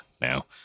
now